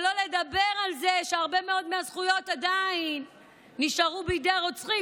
שלא לדבר על זה שהרבה מאוד מהזכויות עדיין נשארו בידי הרוצחים,